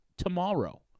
Tomorrow